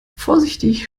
vorsichtig